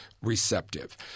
receptive